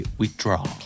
withdraw